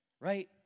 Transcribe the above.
right